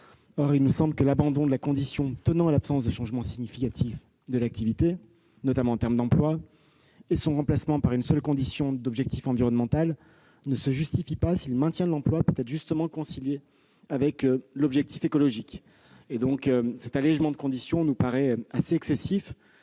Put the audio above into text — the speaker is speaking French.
Or il nous semble que l'abandon de la condition tenant à l'absence de changement significatif de l'activité, notamment en termes d'emploi, et son remplacement par une seule condition d'objectif environnemental ne se justifie pas si le maintien de l'emploi peut être justement concilié avec l'objectif écologique. Aussi, cet allégement de conditions nous paraît assez excessif